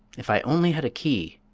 if i only had a key